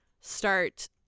start